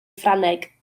ffrangeg